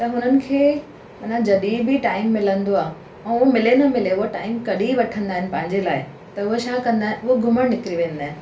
त हुननि खे माना जॾहिं बि टाइम मिलंदो आहे ऐं उहो मिले न मिले उहो टाइम कढी वठंदा आहिनि पंहिंजे लाइ त हूअ छा कंदा आहिनि हूअ घुमणु निकिरी वेंदा आहिनि